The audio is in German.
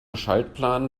schaltplan